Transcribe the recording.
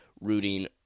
rooting